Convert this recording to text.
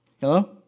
Hello